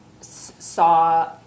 saw